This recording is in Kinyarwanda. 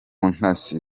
ntasi